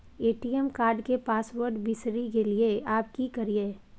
ATM card के password बिसरि गेलियै आबय की करियै?